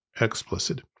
explicit